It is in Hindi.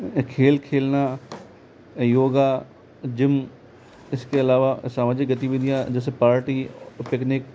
खेल खेलना योगा जिम इसके अलावा सामाजिक गतिविधियाँ जैसे पार्टी पिकनीक